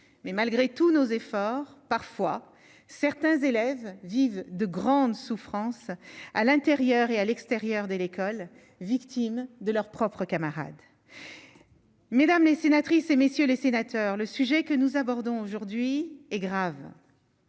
mais malgré tous nos efforts parfois certains élèves vivent de grandes souffrances, à l'intérieur et à l'extérieur de l'école, victimes de leurs propres camarades mesdames les sénatrices et messieurs les sénateurs, le sujet que nous abordons aujourd'hui est grave,